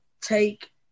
take